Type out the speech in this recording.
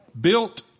Built